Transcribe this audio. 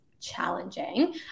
challenging